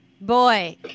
Boy